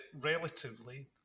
relatively